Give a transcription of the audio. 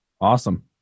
awesome